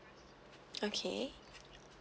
okay